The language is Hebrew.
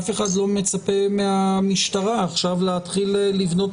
אף אחד לא מצפה מהמשטרה עכשיו להתחיל לבנות